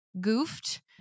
goofed